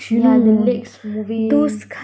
yeah the legs moving